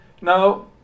now